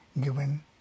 given